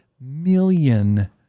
million